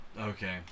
Okay